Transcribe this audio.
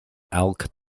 elk